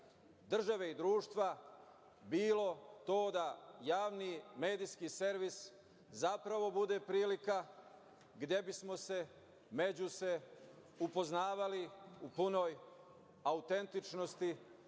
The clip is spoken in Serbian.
države i društva bilo to da javni medijski servis zapravo bude prilike gde bismo se međusobno upoznavali u punoj autentičnosti